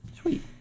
Sweet